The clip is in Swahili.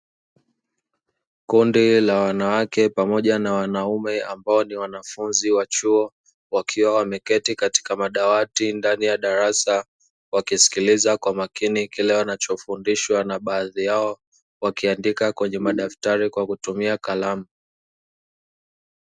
Kundi la wanawake pamoja na wanaume ambao ni wanafunzi wa chuo, wakiwa wameketi katika madawati ndani ya darasa, wakiskiliza kwa makini kile wanachofundishwa na baadhi yao wakiandika kwenye madaftari kwa kutumia kalamu.